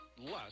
less